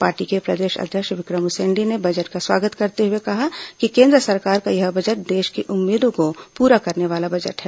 party के प्रदेश अध्यक्ष विक्रम उसेंडी ने बजट का स्वागत करते हुए कहा है कि केन्द्र सरकार का यह बजट देश की उम्मीदों को पूरा करने वाला बजट है